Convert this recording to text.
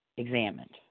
Examined